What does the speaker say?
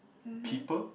mmhmm